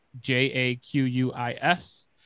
J-A-Q-U-I-S